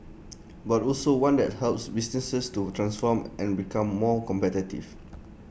but also one that helps businesses to transform and become more competitive